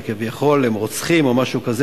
שכביכול הם רוצחים או משהו כזה,